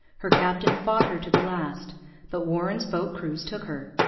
her captain fought her to the last but warren's boat crews took her.